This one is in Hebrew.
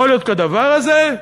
יכול להיות כדבר הזה?